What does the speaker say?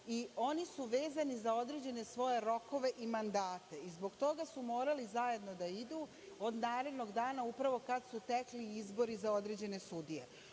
i oni su vezani za određene svoje rokove i mandate i zbog toga su morali zajedno da idu, od narednog dana upravo kad su tekli izbori za određene sudije. Ovde